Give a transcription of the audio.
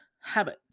habit